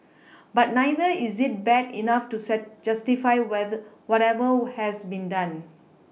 but neither is it bad enough to sad justify whether whatever has been done